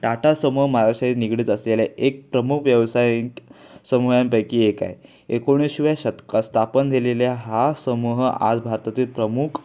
टाटा समूह महाराष्ट्राशी निगडीत असलेल्या एक प्रमुख व्यवसाय समूहांपैकी एक आहे एकोणीसाव्या शतकात स्थापन झालेल्या हा समूह आज भारतातील प्रमुख